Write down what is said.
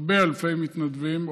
הרבה אלפי מתנדבים,